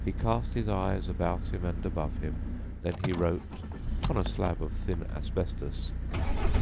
he cast his eyes about him and above him then he wrote on a slab of thin asbestos